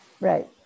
Right